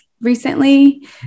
recently